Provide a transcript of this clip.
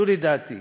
זו דעתי.